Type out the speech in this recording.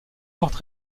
forte